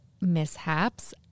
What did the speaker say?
mishaps